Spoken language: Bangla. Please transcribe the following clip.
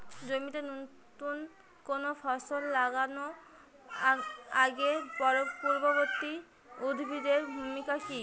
জমিতে নুতন কোনো ফসল লাগানোর আগে পূর্ববর্তী উদ্ভিদ এর ভূমিকা কি?